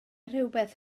rhywbeth